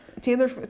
taylor